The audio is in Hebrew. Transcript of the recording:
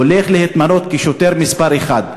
והוא הולך להתמנות כשוטר מספר אחת?